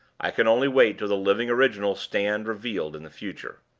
i can only wait till the living originals stand revealed in the future.